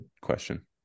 question